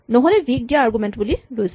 নহলে ভি ক দিয়া আৰগুমেন্ট বুলি লৈছো